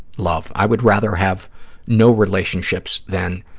love. i would rather have no relationships than